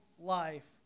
life